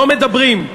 לא מדברים,